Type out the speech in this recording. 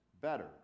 better